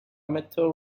amateur